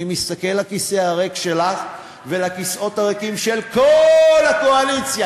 אני מסתכל על הכיסא הריק שלך ועל הכיסאות הריקים של כל הקואליציה,